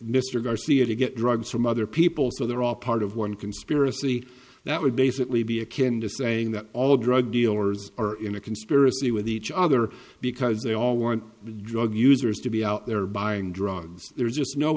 mr garcia to get drugs from other people so they're all part of one conspiracy that would basically be akin to saying that all drug dealers are in a conspiracy with each other because they all want drug users to be out there buying drugs there's just no